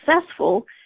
successful